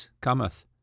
cometh